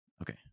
Okay